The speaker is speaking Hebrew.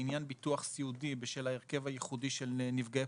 לעניין ביטוח סיעודי בשל ההרכב הייחודי של נפגעי